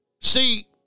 See